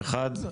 הראשון,